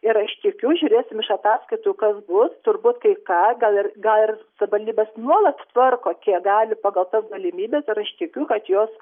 ir aš tikiu žiūrėsim iš ataskaitų kas bus turbūt kai ką gal ir gal ir savivaldybės nuolat tvarko kiek gali pagal galimybes ir aš tikiu kad jos